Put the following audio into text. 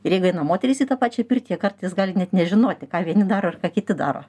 ir jeigu eina moterys į tą pačią pirtį jie kartais gali net nežinoti ką vieni daro ar ką kiti daro